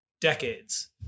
decades